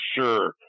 sure